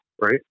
right